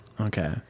Okay